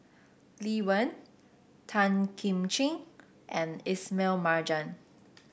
Lee Wen Tan Kim Ching and Ismail Marjan